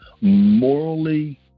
morally